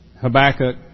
Habakkuk